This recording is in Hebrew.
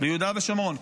ביהודה ושומרון,